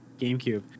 GameCube